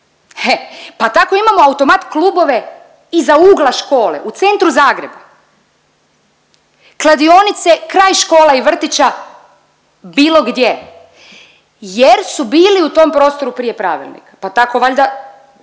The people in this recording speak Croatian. pa tako imamo automat klubove iza ugla škole, u centru Zagreba, kladionice kraj škole i vrtića bilo gdje jer su bili u tom prostoru prije pravilnika, pa tako valjda